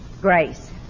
grace